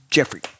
Jeffrey